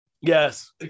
Yes